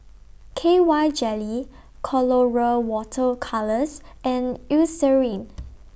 K Y Jelly Colora Water Colours and Eucerin